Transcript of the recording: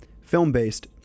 film-based